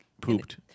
pooped